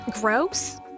gross